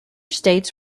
states